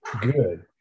good